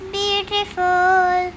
beautiful